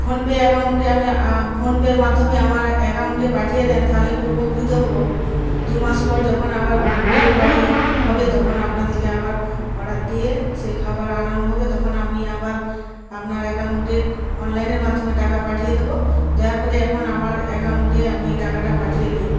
PhonePe অ্যাকাউন্টে আমি ফোন পের মাধ্যমে আমার অ্যাকাউন্টে পাঠিয়ে দেন তাহলে খুব উপকৃত হবো দু মাস পর যখন আবার বিয়েবাড়ি হবে তখন আপনাদিকে আবার অর্ডার দিয়ে সে খাবার আনানো হবে তখন আমি আবার আপনার অ্যাকাউন্টে অনলাইনের মাধ্যমে টাকা পাঠিয়ে দেবো দয়া করে এখন আমার অ্যাকাউন্টে আপনি টাকাটা পাঠিয়ে দিন